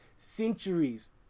centuries